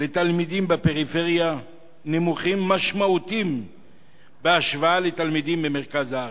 של תלמידים בפריפריה נמוכים משמעותית בהשוואה לתלמידים ממרכז הארץ.